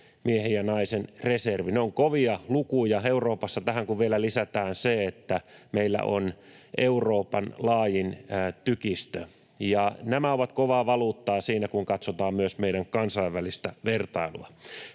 miehen ja naisen reservi — ne ovat kovia lukuja Euroopassa, tähän kun vielä lisätään se, että meillä on Euroopan laajin tykistö. Nämä ovat kovaa valuuttaa siinä, kun katsotaan myös meidän kansainvälistä vertailua.